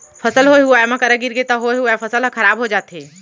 फसल होए हुवाए म करा गिरगे त होए हुवाए फसल ह खराब हो जाथे